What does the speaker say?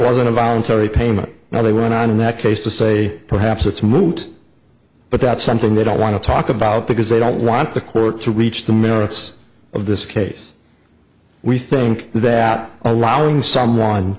wasn't a voluntary payment now they went on in that case to say perhaps it's moot but that's something they don't want to talk about because they don't want the court to reach the merits of this case we think that allowing someone